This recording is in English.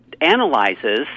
analyzes